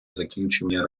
закінчення